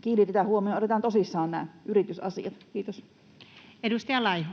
kiinnitetään huomiota ja otetaan tosissaan nämä yritysasiat. — Kiitos. [Speech